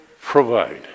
provide